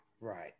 Right